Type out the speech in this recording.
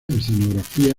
escenografía